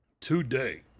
today